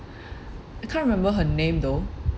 I can't remember her name though